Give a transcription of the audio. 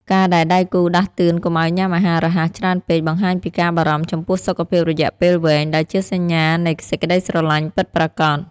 ការដែលដៃគូដាស់តឿនកុំឱ្យញ៉ាំអាហាររហ័សច្រើនពេក បង្ហាញពីការបារម្ភចំពោះសុខភាពរយៈពេលវែង ដែលជាសញ្ញានៃសេចក្ដីស្រឡាញ់ពិតប្រាកដ។